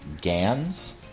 Gans